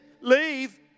leave